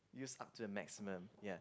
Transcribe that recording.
use up to the maximum ya